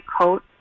coat